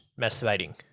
masturbating